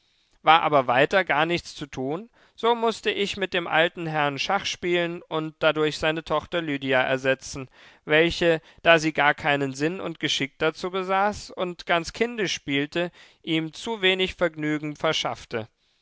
war aber weiter gar nichts zu tun so mußte ich mit dem alten herrn schach spielen und dadurch seine tochter lydia ersetzen welche da sie gar keinen sinn und geschick dazu besaß und ganz kindisch spielte ihm zu wenig vergnügen verschaffte